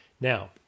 Now